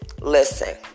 Listen